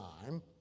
time